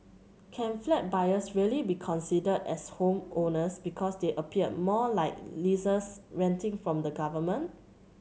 can flat buyers really be considered as homeowners because they appear more like lessees renting from the government